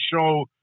show